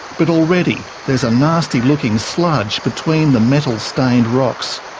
but already there's a nasty-looking sludge between the metal-stained rocks.